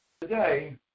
Today